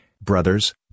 brothers